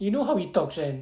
you know how we talk kan